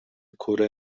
کره